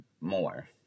more